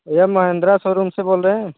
ये महिंद्रा सोरूम से बोल रहें हैं